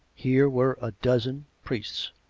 here were a dozen priests,